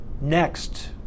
Next